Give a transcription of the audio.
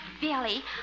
Billy